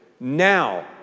Now